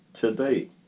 today